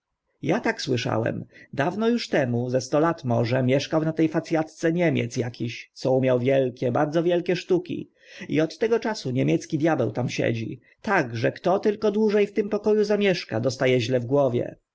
ja tak słyszałem dawno uż temu ze sto lat może mieszkał na te fac atce niemiec akiś co umiał wielgie bardzo wielgie sztuki i od tego czasu niemiecki diabeł tam siedzi tak że kto tylko dłuże w tym poko u pomieszka dosta e źle w głowie